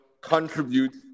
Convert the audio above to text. contribute